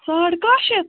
ساڈ کاہ شٮ۪تھ